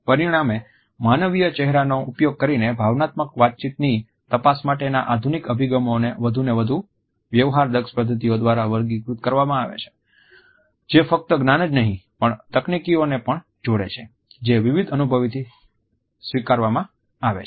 પરિણામે માનવીય ચહેરોનો ઉપયોગ કરીને ભાવનાત્મક વાતચીતની તપાસ માટેના આધુનિક અભિગમોને વધુને વધુ વ્યવહારદક્ષ પદ્ધતિઓ દ્વારા વર્ગીકૃત કરવામાં આવે છે જે ફક્ત જ્ઞાન જ નહી પણ તકનીકીઓને પણ જોડે છે જે વિવિધ અનુભવોથી સ્વીકાર કરવામાં આવી છે